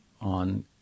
on